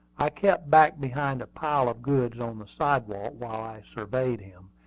i kept back behind a pile of goods on the sidewalk while i surveyed him,